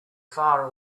far